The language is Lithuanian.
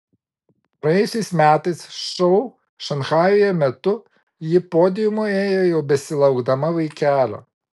praėjusiais metais šou šanchajuje metu ji podiumu ėjo jau besilaukdama vaikelio